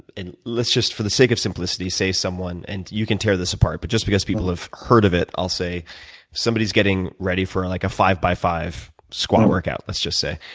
and let's just for the sake of simplicity say someone and you can tear this apart but just because people have heard of it, i'll say somebody is getting ready for and like a five by five squat workout, let's say.